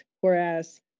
Whereas